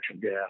gas